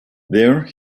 there